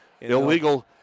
Illegal